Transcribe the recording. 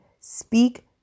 speak